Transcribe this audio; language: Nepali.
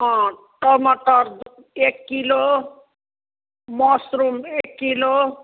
अँ टमाटर एक किलो मसरुम एक किलो